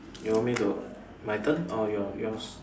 you want me to my turn or your yours